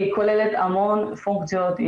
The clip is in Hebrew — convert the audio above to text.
היא כוללת המון פונקציות,